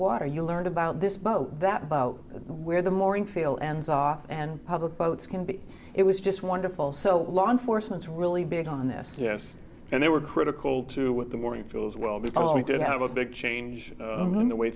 water you learned about this boat that boat where the morning feel ends off and public boats can be it was just wonderful so law enforcement's really big on this yes and they were critical to what the morning feel as well because we did have a big change in the way